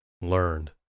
learned